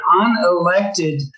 unelected